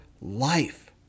life